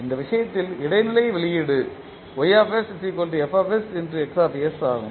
அந்த விஷயத்தில் இடைநிலை வெளியீடு ஆகும்